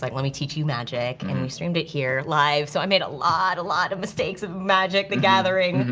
like let me teach you magic, and we streamed it here live, so i made a lot, a lot of mistakes of magic the gathering,